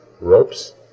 ropes